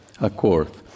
Accord